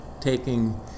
taking